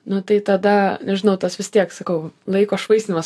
nu tai tada nežinau tas vis tiek sakau laiko švaistymas